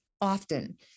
often